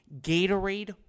Gatorade